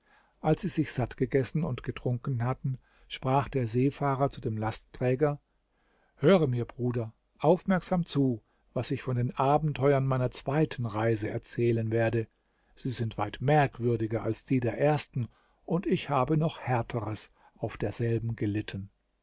als sie sich satt gegessen und getrunken hatten sprach der seefahrer zu dem lastträger höre mir bruder aufmerksam zu was ich von den abenteuern meiner zweiten reise erzählen werde sie sind weit merkwürdiger als die der ersten und ich habe noch härteres auf derselben gelitten